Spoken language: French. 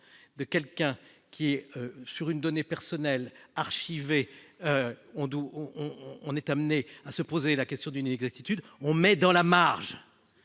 de quelqu'un qui est sur une donnée personnelle archivées on où on on est amené à se poser la question d'une inexactitude on met dans la marge